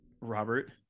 Robert